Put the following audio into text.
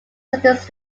sentenced